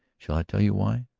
shall i tell you why?